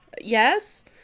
Yes